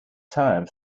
time